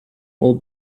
will